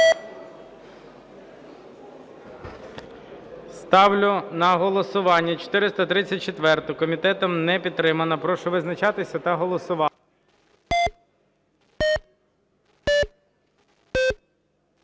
Ставлю на голосування 434-у. Комітетом не підтримана. Прошу визначатися та голосувати.